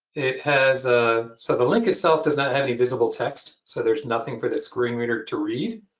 it has ah so the link itself does not have any visible text, so there's nothing for this screen reader to read.